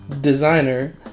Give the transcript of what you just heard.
designer